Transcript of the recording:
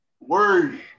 Word